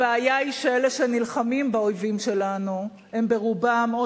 הבעיה היא שאלה שנלחמים באויבים שלנו הם ברובם או